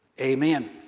Amen